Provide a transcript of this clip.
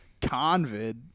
Convid